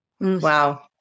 Wow